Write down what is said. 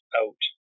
out